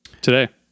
today